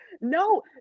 no